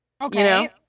Okay